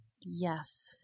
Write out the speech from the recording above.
yes